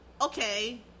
okay